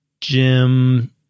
Jim